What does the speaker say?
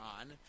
on